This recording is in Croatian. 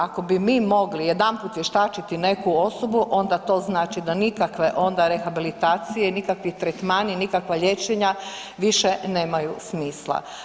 Ako bi mi mogli jedanput vještačiti neku osobu onda to znači da nikakve onda rehabilitacije, nikakvi tretmani, nikakva liječenja više nemaju smisla.